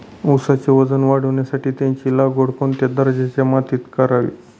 ऊसाचे वजन वाढवण्यासाठी त्याची लागवड कोणत्या दर्जाच्या मातीत करावी?